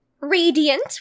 radiant